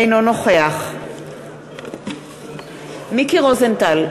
אינו נוכח מיקי רוזנטל,